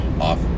off